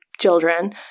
children